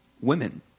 women